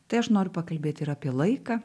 tai aš noriu pakalbėti ir apie laiką